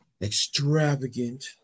extravagant